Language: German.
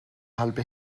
halbe